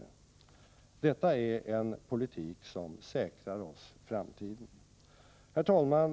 Detta är en politik som säkrar oss framtiden. Herr talman!